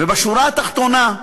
ובשורה התחתונה,